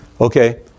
Okay